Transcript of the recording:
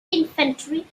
infantry